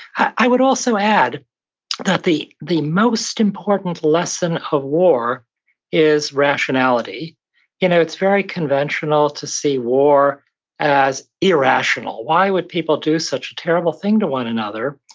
i would also add that the the most important lesson of war is rationality you know it's very conventional to see war as irrational. why would people do such a terrible thing to one another?